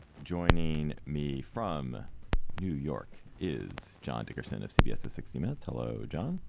joining me from new york is john dickerson of cbs sixty minutes hello, john.